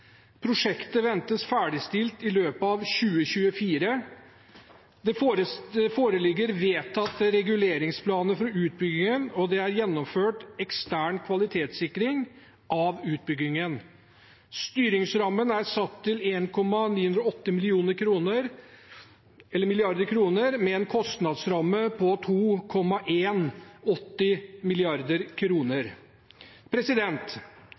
Prosjektet ventes ferdigstilt i løpet av 2024. Det foreligger vedtatte reguleringsplaner for utbyggingen, og det er gjennomført ekstern kvalitetssikring av utbyggingen. Styringsrammen er satt til 1,980 mrd. kr, med en